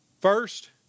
First